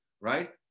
right